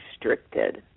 restricted